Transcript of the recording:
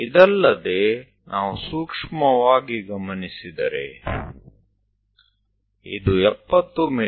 ಇದಲ್ಲದೆ ನಾವು ಸೂಕ್ಷ್ಮವಾಗಿ ಗಮನಿಸಿದರೆ ಇದು 70 ಮಿ